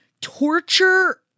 Torture